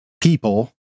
people